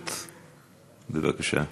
בבקשה,